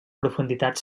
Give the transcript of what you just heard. profunditats